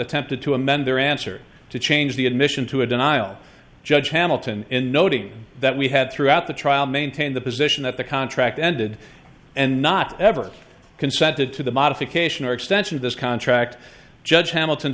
attempted to amend their answer to change the admission to a denial judge hamilton in noting that we had throughout the trial maintained the position that the contract ended and not ever consented to the modification or extension of this contract judge hamilton